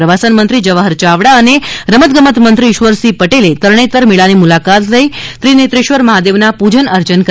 પ્રવાસનમંત્રી શ્રી જવાહર ચાવડા અને રમતગમત મંત્રી શ્રી ઇશ્વરસિંહ પટેલે તરણેતર મેળાની મુલાકાત લઈ ત્રિનેત્રેશ્વર મહાદેવના પૂજન અર્ચન કર્યા હતા